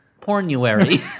Pornuary